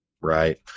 Right